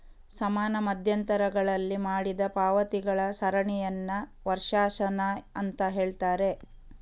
ಸಮಾನ ಮಧ್ಯಂತರಗಳಲ್ಲಿ ಮಾಡಿದ ಪಾವತಿಗಳ ಸರಣಿಯನ್ನ ವರ್ಷಾಶನ ಅಂತ ಹೇಳ್ತಾರೆ